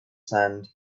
sand